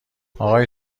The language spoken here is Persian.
آقای